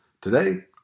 Today